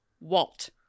Walt